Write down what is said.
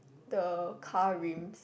the car rim